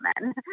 men